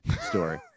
story